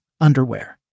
underwear